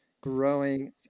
growing